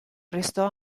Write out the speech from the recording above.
restò